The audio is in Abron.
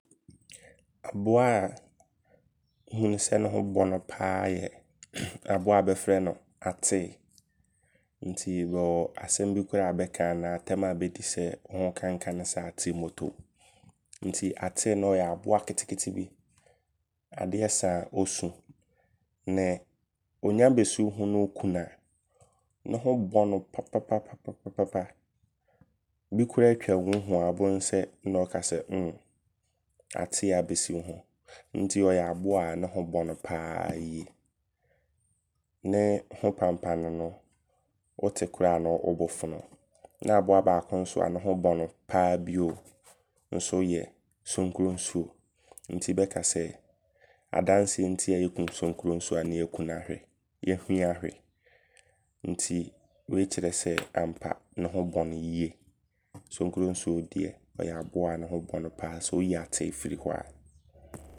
Aboa a nhu no sɛ ne ho bɔno paa yɛ yɛ aboa bɛfrɛ no atee. Nti bɛwɔ asɛm bi koraa bɛka anaa atɛm a bɛdi sɛ, "wo ho kankane sɛ atee mmɔtom. Nti atee no ɔyɛ aboa ketekete bi Adeɛ sa a ɔsu. Ne ɔnya bɛsi wo ho ne woku no a, ne ho bɔno papapapapapapapa. Bi koraa twam wo ho a, wobɛhu sɛ ne ɔɔka sɛ mmm atee abɛsi wo ho. Nti ɔyɛ aboa a, ne ho bɔno paa yie. Ne ho panpane no wote koraa ne wo bo fono wo. Na aboa baako nso a ne ho bɔno paa bio nso yɛ nsonguronsuo. Nti bɛka sɛ, "adanseɛ nti a yɛku nsonguronsuo a, ne yɛahua ahwɛ." Nti wei kyerɛ sɛ, ampa ne ho bɔno yie. Nsonguronsuo deɛ, ɔyɛ aboa ne ho bɔno paa. Sɛ woyi atee firi hɔ a.